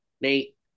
Nate